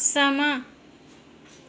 समां